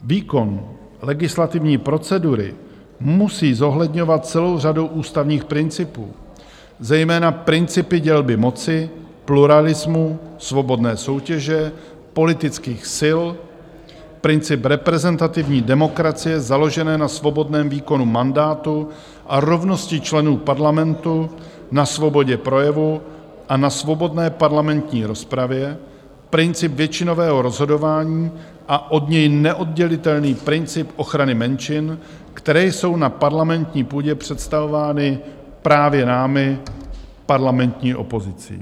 Výkon legislativní procedury musí zohledňovat celou řadu ústavních principů, zejména principy dělby moci, pluralismu, svobodné soutěže politických sil, princip reprezentativní demokracie založené na svobodném výkonu mandátu a rovnosti členů parlamentu, na svobodě projevu a na svobodné parlamentní rozpravě, princip většinového rozhodování a od něj neoddělitelný princip ochrany menšin, které jsou na parlamentní půdě představovány právě námi, parlamentní opozicí.